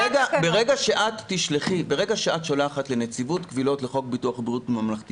ברגע שאת שולחת לנציבות קבילות לחוק ביטוח בריאות ממלכתי